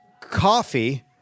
coffee